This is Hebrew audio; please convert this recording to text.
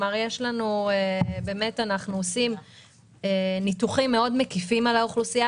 אנחנו עושים ניתוחים מקיפים מאוד על האוכלוסייה